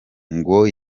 ngo